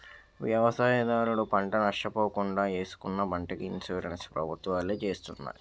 వ్యవసాయదారుడు పంట నష్ట పోకుండా ఏసుకున్న పంటకి ఇన్సూరెన్స్ ప్రభుత్వాలే చేస్తున్నాయి